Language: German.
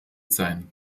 sein